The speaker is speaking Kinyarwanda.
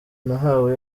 nahawe